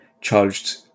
charged